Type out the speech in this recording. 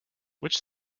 which